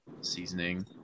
seasoning